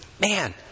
Man